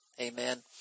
amen